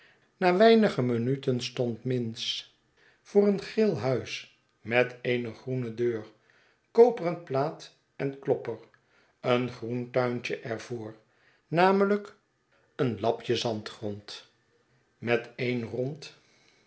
na weinige minuten stond minns voor een geel huis met eene groene deur koperen plaat en klopper een groen tuintje er voor namelijk een lapje zandgrond met en rond